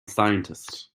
scientist